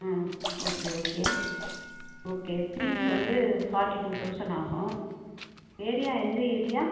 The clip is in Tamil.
ம் ஓகே ஓகே ஓகே ஃபீஸ் வந்து ஃபார்ட்டி டூ தௌசண்ட் ஆகும் ஏரியா எந்த ஏரியா